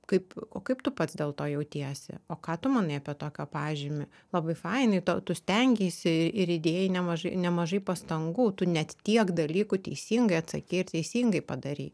kaip o kaip tu pats dėl to jautiesi o ką tu manai apie tokio pažymį labai fainai tau tu stengeisi ir ir įdėjai nemažai nemažai pastangų tu net tiek dalykų teisingai atsakei ir teisingai darei